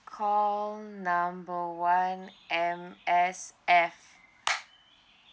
call number one M_S_F